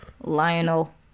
Lionel